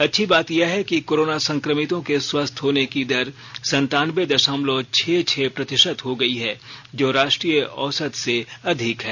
अच्छी बात यह है कि कोरोना संक्रमितों के स्वस्थ होने की दर संतानवें दशमलव छह छह प्रतिशत हो गई है जो राष्ट्रीय औसत से अधिक है